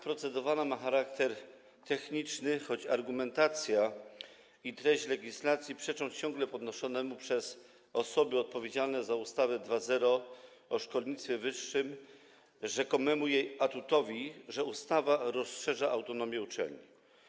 Procedowana zmiana ma charakter techniczny, choć argumentacja i treść legislacji przeczą ciągle podnoszonemu przez osoby odpowiedzialne za ustawę 2.0 o szkolnictwie wyższym jej rzekomemu atutowi, że ustawa rozszerza autonomię uczelni.